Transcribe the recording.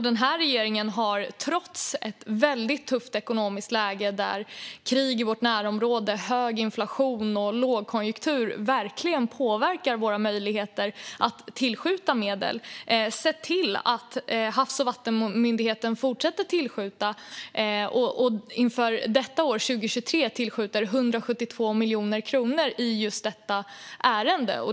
Denna regering har trots ett väldigt tufft ekonomiskt läge, med krig i vårt närområde, hög inflation och lågkonjunktur som verkligen påverkar våra möjligheter att tillskjuta medel, sett till att Havs och vattenmyndigheten fortsätter att tillskjuta medel. Inför detta år, 2023, tillskjuter man 172 miljoner kronor i just detta ärende.